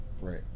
Right